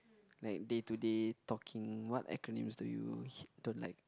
like day to day talking what acronyms do you hit don't like